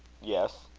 yes.